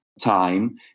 time